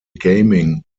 gaming